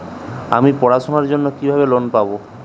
আমি পড়াশোনার জন্য কিভাবে লোন পাব?